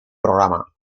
programa